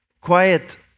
quiet